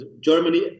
Germany